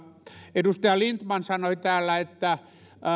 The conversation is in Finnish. edustaja lindtman sanoi täällä että